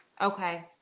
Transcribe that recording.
Okay